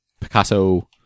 Picasso